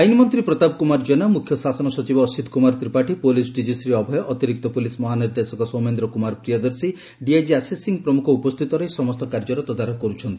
ଆଇନ ମନ୍ତୀ ପ୍ରତାପ କୁମାର କେନା ମୁଖ୍ୟ ଶାସନ ସଚିବ ଅସୀତ୍ କୁମାର ତ୍ରିପାଠୀ ପୋଲିସ ଡିକି ଶ୍ରୀ ଅଭୟ ଅତିରିକ୍ତ ପୋଲିସ ମହାନିର୍ଦ୍ଦେଶକ ସୌମେନ୍ଦ୍ର କୁମାର ପ୍ରିୟଦର୍ଶୀ ଡିଆଇଜି ଆଶୀଷ ସିଂ ପ୍ରମ୍ଖ ଉପସ୍ଥିତ ରହି ସମସ୍ତ କାର୍ଯ୍ୟର ତଦାରଖ କର୍ପଛନ୍ତି